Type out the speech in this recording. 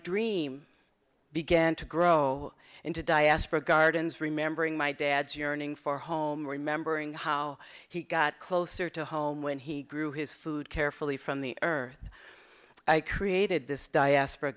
dream began to grow into diaspora gardens remembering my dad yearning for home remembering how he got closer to home when he grew his food carefully from the earth i created this diaspora